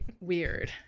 weird